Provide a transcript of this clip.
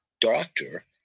doctor